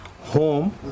home